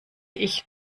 ich